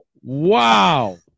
Wow